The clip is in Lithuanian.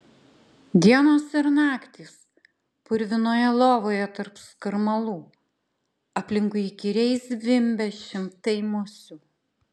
dienos ir naktys purvinoje lovoje tarp skarmalų aplinkui įkyriai zvimbia šimtai musių